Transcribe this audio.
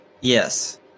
Yes